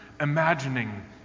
imagining